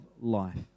life